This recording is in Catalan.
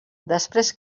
després